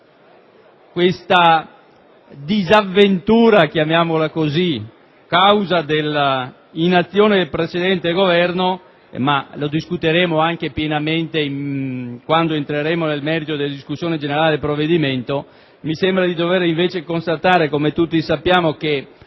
questa disavventura - chiamiamola così - causa dell'inazione del precedente Governo (ma ne discuteremo quando entreremo nel merito della discussione generale del provvedimento). Mi sembra, invece, di dover constatare, come tutti sappiamo, che